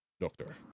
doctor